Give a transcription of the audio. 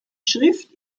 schrift